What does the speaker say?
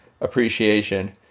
appreciation